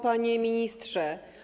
Panie Ministrze!